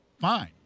fine